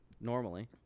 normally